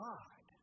God